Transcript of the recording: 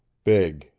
big,